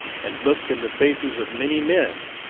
and look in the faces of many men,